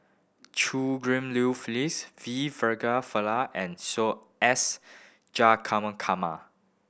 Chew Ghim Liu Phyllis V Pillai and S